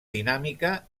dinàmica